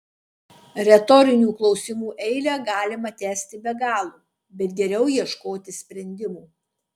retorinių klausimų eilę galima tęsti be galo bet geriau ieškoti sprendimo